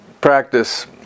practice